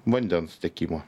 vandens tiekimo